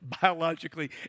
biologically